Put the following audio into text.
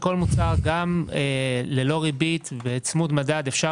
מוצר גם ללא ריבית וצמוד מדד אפשר